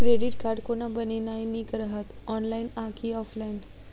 Credit card कोना बनेनाय नीक रहत? ऑनलाइन आ की ऑफलाइन?